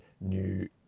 new